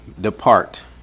Depart